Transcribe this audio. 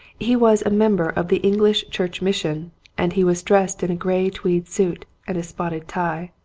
he was a member of the english church mission and he was dressed in a grey tweed suit and a spotted tie.